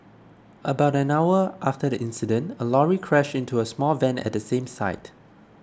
about an hour after the incident a lorry crashed into a small van at the same site